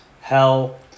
Hell